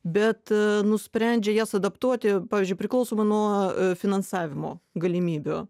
bet nusprendžia jas adaptuoti pavyzdžiui priklausomai nuo finansavimo galimybių